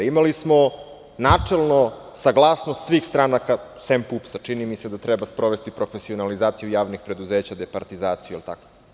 Imali smo načelno saglasnost svih stranaka, sem PUPS čini mi se, da treba sprovesti profesionalizaciju javnih preduzeća, departizaciju, da li je tako?